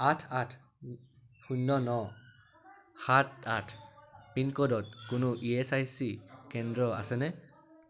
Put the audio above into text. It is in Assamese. আঠ আঠ শূণ্য ন সাত আঠ পিনক'ডত কোনো ই এচ আই চি কেন্দ্র আছেনে